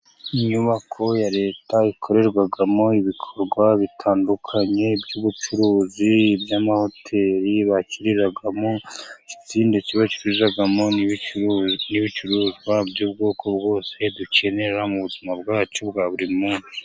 Inyubako ya Leta ikorerwamo ibikorwa bitandukanye by'ubucuruzi iby'amahoteli bakiriragamo, ikindi cyo bacururizamo n'ibicuruzwa by'ubwoko bwose dukenera mu buzima bwacu bwa buri munsi.